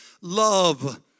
love